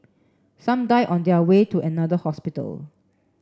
some die on their way to another hospital